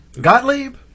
Gottlieb